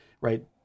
right